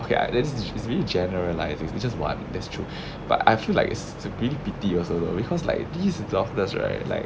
okay I i~ it's really generalised it's just one that's true but I feel like it's a really pity also because like these doctors right like